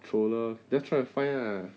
troller just try to find lah